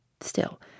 Still